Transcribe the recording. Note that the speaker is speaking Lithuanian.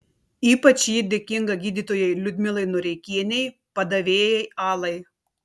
ypač ji dėkinga gydytojai liudmilai noreikienei padavėjai alai